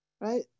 right